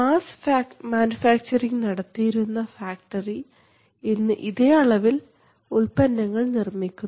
mass manufacturing നടത്തിയിരുന്ന factory ഇന്ന് അതേ അളവിൽ ഉൽപ്പന്നങ്ങൾ നിർമ്മിക്കുന്നു